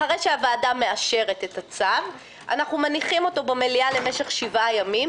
אחרי שהוועדה מאשרת את הצו אנחנו מניחים אותו במליאה למשך שבעה ימים,